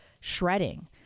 shredding